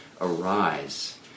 arise